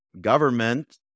government